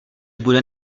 bude